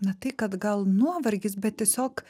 ne tai kad gal nuovargis bet tiesiog